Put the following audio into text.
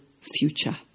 future